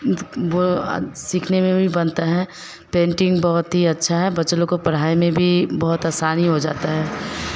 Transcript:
बो सीखने में भी बनता है पेंटिंग बहुत ही अच्छा है बच्चा लोग को पढ़ाई में भी बहुत असानी हो जाता है